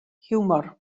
hiwmor